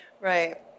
Right